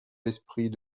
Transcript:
l’esprit